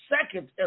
second